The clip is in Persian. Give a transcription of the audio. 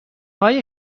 های